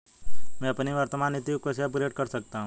मैं अपनी वर्तमान नीति को कैसे अपग्रेड कर सकता हूँ?